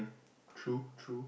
true true